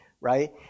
right